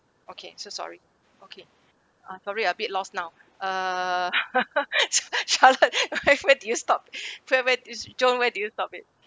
okay so sorry okay uh sorry a bit lost uh where where do you stop where where do you john where do you stop it